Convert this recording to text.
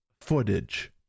footage